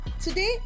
today